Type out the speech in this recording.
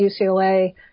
UCLA